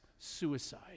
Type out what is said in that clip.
suicide